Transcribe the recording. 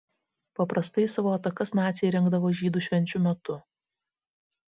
paprastai savo atakas naciai rengdavo žydų švenčių metu